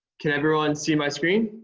can everyone see my screen?